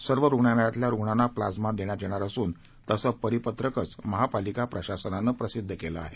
सर्व रुग्णालयातल्या रुग्णांना प्लाझ्मा देण्यात येणार असून तसं परिपत्रक महापालिका प्रशासनान प्रसिद्ध केलं आहे